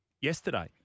yesterday